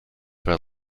were